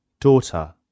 daughter